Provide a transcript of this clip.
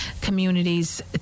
communities